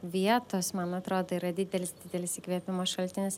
vietos man atrodo yra didelis didelis įkvėpimo šaltinis